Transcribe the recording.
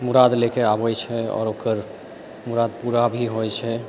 मुराद लयकऽ आबैत छै आओर ओकर मुराद पूरा भी होइत छै